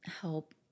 help